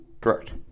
Correct